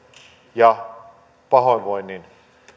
ja pahoinvoinnin